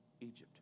Egypt